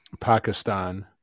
Pakistan